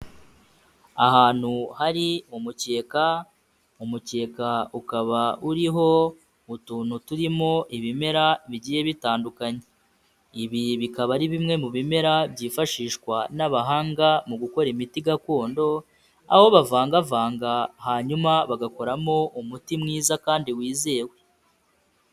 Ahantu hari umukeka, umukeka ukaba uriho utuntu turimo ibimera bigiye bitandukanye, ibi bikaba ari bimwe mu bimera byifashishwa n'abahanga mu gukora imiti gakondo aho bavangavanga hanyuma bagakoramo umuti mwiza kandi wizewe.